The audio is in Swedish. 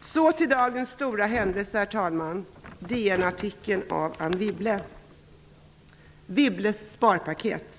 Så kommer jag till dagens stora händelse, herr talman, nämligen DN-artikeln av Anne Wibble. Hur kommer Bo Lundgren att ställa sig till Wibbles sparpaket?